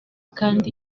kandi